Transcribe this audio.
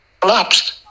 collapsed